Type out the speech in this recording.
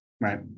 Right